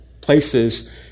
places